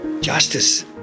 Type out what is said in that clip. Justice